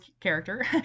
character